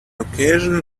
occasion